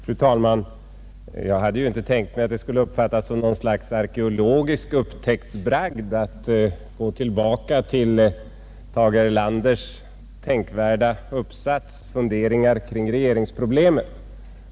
Fru talman! Jag hade inte tänkt mig att det skulle uppfattas som något slags arkeologisk upptäcktsbragd att gå tillbaka till Tage Erlanders tänkvärda uppsats ”Funderingar kring regeringsproblemet”.